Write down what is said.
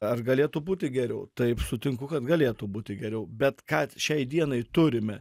ar galėtų būti geriau taip sutinku kad galėtų būti geriau bet ką šiai dienai turime